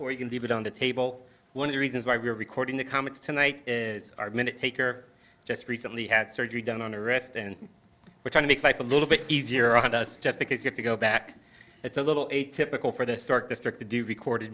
or you can leave it on the table one of the reasons why we're recording the comments tonight is our minute taker just recently had surgery done on a rest and we're trying to make life a little bit easier on us just because you have to go back it's a little atypical for the start district to do recorded